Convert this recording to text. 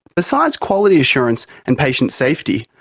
besides quality assurance and patient safety,